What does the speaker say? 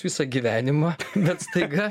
visą gyvenimą bet staiga